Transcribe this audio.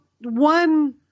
one